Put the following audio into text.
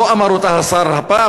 לא אמר אותה השר הפעם,